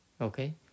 Okay